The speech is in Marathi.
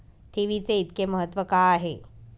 ठेवीचे इतके महत्व का आहे?